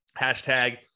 hashtag